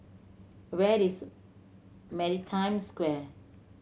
where is Maritime Square